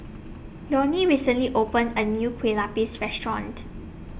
Leone recently opened A New Kueh Lupis Restaurant